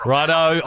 Righto